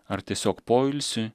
ar tiesiog poilsį